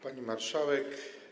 Pani Marszałek!